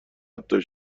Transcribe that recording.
حتی